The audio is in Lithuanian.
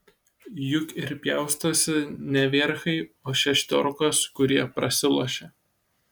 juk ir pjaustosi ne vierchai o šestiorkos kurie prasilošia